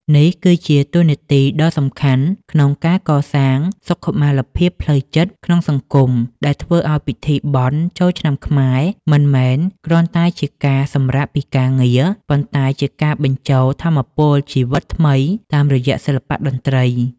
នេះគឺជាតួនាទីដ៏សំខាន់ក្នុងការកសាងសុខុមាលភាពផ្លូវចិត្តក្នុងសង្គម ដែលធ្វើឱ្យពិធីបុណ្យចូលឆ្នាំខ្មែរមិនមែនគ្រាន់តែជាការសម្រាកពីការងារ ប៉ុន្តែជាការបញ្ចូលថាមពលជីវិតថ្មីតាមរយៈសិល្បៈតន្ត្រី។